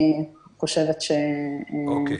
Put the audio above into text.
אוקיי.